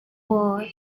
war